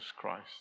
Christ